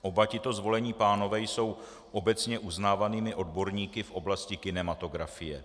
Oba tito zvolení pánové jsou obecně uznávanými odborníky v oblasti kinematografie.